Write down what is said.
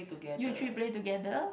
you three play together